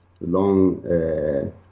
long